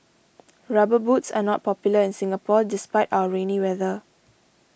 rubber boots are not popular in Singapore despite our rainy weather